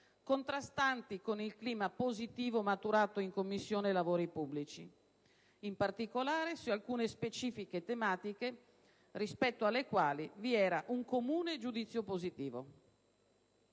contrastanti con il clima positivo maturato in Commissione lavori pubblici, in particolare su alcune specifiche tematiche rispetto alle quali vi era un comune giudizio positivo.